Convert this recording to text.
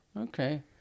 okay